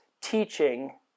teaching